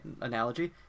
analogy